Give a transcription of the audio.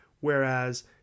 Whereas